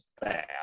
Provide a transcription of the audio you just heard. bad